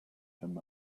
him